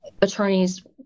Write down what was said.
attorneys